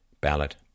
ballot